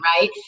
right